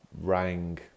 rang